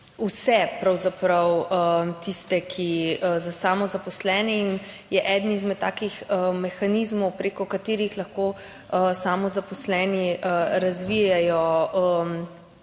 pravzaprav vse tiste, ki so samozaposleni, in je eden izmed takih mehanizmov, prek katerih lahko samozaposleni razvijejo